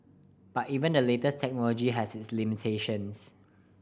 but even the latest technology has its limitations